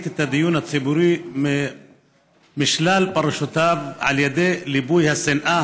את הדיון הציבורי משלל פרשותיו על ידי ליבוי השנאה,